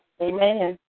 Amen